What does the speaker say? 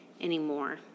anymore